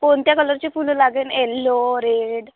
कोणत्या कलरचे फुलं लागेल एल्लो रेड